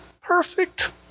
Perfect